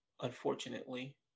unfortunately